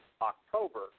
October